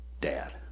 Dad